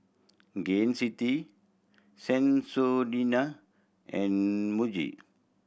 Gain City Sensodyne and Muji